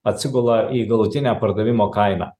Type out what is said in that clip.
atsigula į galutinę pardavimo kainą